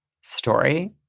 story